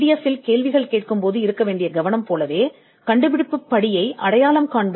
F இல் கேள்விகளைக் கேட்பதில் கவனம் செலுத்துவது கண்டுபிடிப்பு படிநிலையை அடையாளம் காண்பது